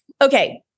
Okay